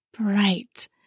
Bright